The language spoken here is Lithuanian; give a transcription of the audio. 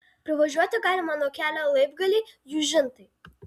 privažiuoti galima nuo kelio laibgaliai jūžintai